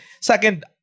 second